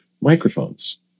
microphones